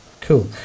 Cool